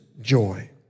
joy